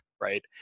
right